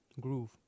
Groove